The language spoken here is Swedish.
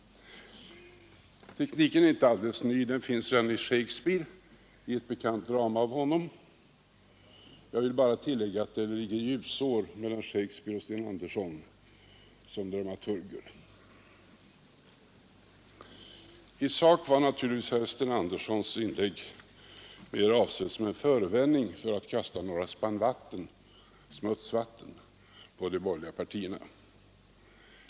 Tekniken är inte alldeles ny — den finns redan i ett bekant drama av Shakespeare. Jag vill bara tillä ga att det ligger ljusår mellan Shakespeare och Sten Andersson som dramaturger. I sak var naturligtvis herr Sten Anderssons inlägg mera avsett som en förevändning för att kasta några spann smutsvatten på de borgerliga partierna.